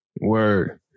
Word